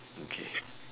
okay